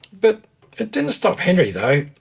but it didn't stop henry though.